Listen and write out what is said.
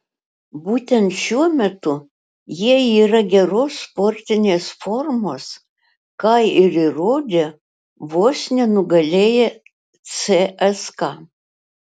būtent šiuo metu jie yra geros sportinės formos ką ir įrodė vos nenugalėję cska